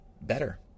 better